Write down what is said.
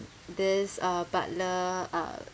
this uh butler uh